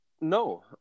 no